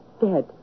dead